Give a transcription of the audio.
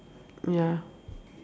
ya